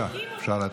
בבקשה, אפשר להתחיל.